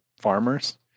farmers